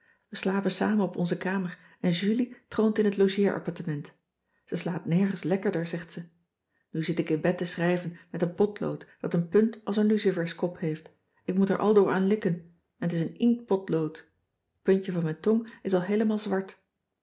we slapen samen op onze kamer en julie troont in het logeerappartement ze slaapt nergens lekkerder zegt ze nu zit ik in bed te schrijven met een potlood dat een punt als een luciferskop heeft ik moet er aldoor aan likken en t is een inktpotlood t puntje van mijn tong is al heelemaal zwart